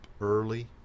early